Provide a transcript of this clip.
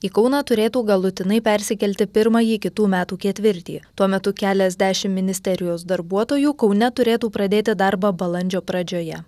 į kauną turėtų galutinai persikelti pirmąjį kitų metų ketvirtį tuo metu keliasdešimt ministerijos darbuotojų kaune turėtų pradėti darbą balandžio pradžioje